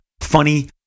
funny